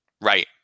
Right